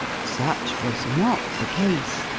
such was not the case!